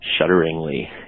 shudderingly